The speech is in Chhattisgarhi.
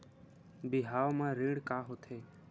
बिहाव म ऋण का होथे?